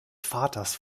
vaters